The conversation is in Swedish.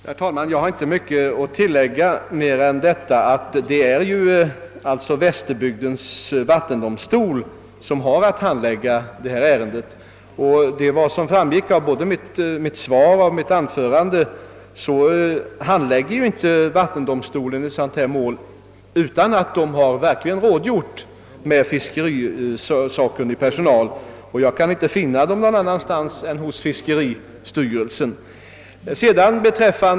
Herr talman! Jag har inte mycket att tillägga. Det är alltså Västerbygdens vattendomstol som skall handlägga ärendet. Som framgick av mitt svar och även av mitt senare anförande handlägger vattendomstolen inte ett sådant mål utan att ha rådgjort med fiskerisakkunnig personal, och jag kan inte finna sådan någon annanstans än hos fiskeristyrelsen.